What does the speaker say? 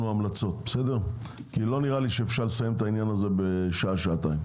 המלצות כי לא נראה לי שאפשר לסיים את העניין בשעה שעתיים.